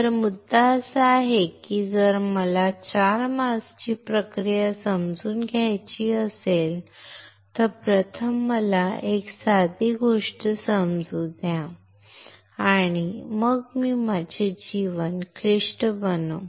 तर मुद्दा असा आहे की जर मला 4 मास्कची प्रक्रिया समजून घ्यायची असेल तर प्रथम मला एक साधी गोष्ट समजू द्या आणि मग मी माझे जीवन अधिक क्लिष्ट बनवू